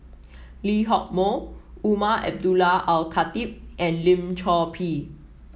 Lee Hock Moh Umar Abdullah Al Khatib and Lim Chor Pee